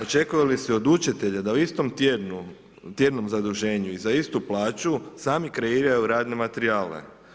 Očekuje li se od učitelja da u istom tjednom zaduženju i za istu plaću sami kreiraju radne materijale?